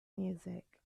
music